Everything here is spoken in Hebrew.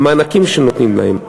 המענקים שנותנים להם,